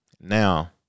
now